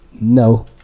No